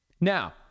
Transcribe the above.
Now